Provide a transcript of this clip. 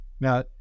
Now